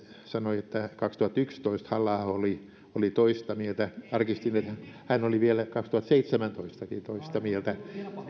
sanoi että kaksituhattayksitoista halla aho oli oli toista mieltä tarkistin että hän oli vielä kaksituhattaseitsemäntoistakin toista mieltä